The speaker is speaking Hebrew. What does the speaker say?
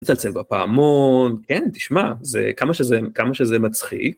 תצלצל בפעמון כן תשמע זה כמה שזה כמה שזה מצחיק.